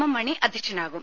M Mani അധ്യക്ഷനാകും